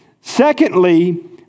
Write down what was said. Secondly